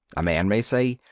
a man may say,